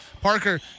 Parker